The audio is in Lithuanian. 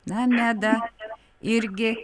na meda irgi